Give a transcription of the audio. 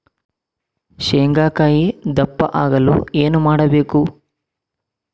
ಶೇಂಗಾಕಾಯಿ ದಪ್ಪ ಆಗಲು ಏನು ಮಾಡಬೇಕು?